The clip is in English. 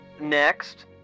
Next